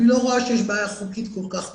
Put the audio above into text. אני לא רואה שיש בעיה חוקית כל כך גדולה,